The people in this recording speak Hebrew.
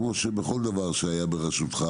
כפי כל דבר שהיה בראשותך